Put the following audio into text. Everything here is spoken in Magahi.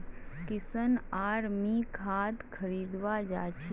किशन आर मी खाद खरीवा जा छी